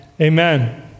Amen